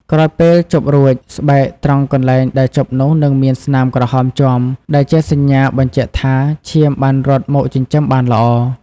ក្រោយពេលជប់រួច ស្បែកត្រង់កន្លែងដែលជប់នោះនឹងមានស្នាមក្រហមជាំ ដែលជាសញ្ញាបញ្ជាក់ថាឈាមបានរត់មកចិញ្ចឹមបានល្អ។